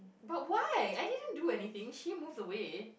but why I didn't do anything she moved away